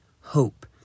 hope